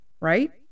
right